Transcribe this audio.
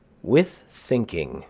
with thinking